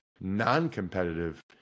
non-competitive